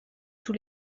tous